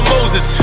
Moses